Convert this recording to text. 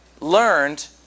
learned